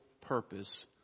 purpose